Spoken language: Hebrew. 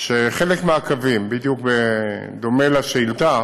שחלק מהקווים, בדיוק בדומה לשאילתה,